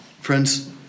Friends